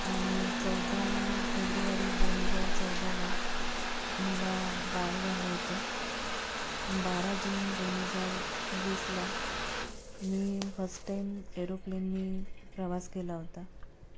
आणि चौदा फेब्रुवारी दोन हजार चौदाला मला बाळ झालं होतं बारा जून दोन हजार वीसला मी फर्स्ट टाईम एरोप्लेननी प्रवास केला होता